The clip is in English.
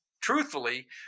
truthfully